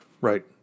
Right